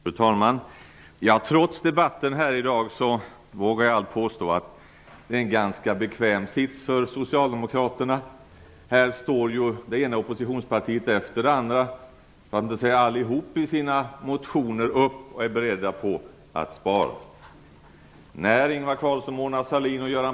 Fru talman! Trots debatten här i dag vågar jag påstå att det är en ganska bekväm sist för Socialdemokraterna. Det ena oppositionspartiet efter det andra - för att inte säga allihop - skriver i sina motioner att de är beredda att spara.